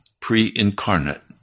pre-incarnate